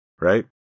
right